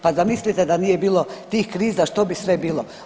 Pa zamislite da nije bilo tih kriza što bi sve bilo.